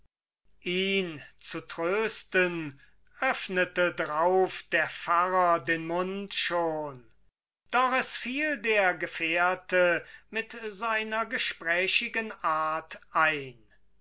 ihn zu trösten öffnete drauf der pfarrer den mund schon doch es fiel der gefährte mit seiner gesprächigen art ein